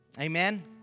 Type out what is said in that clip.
Amen